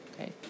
okay